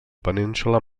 península